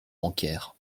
bancaire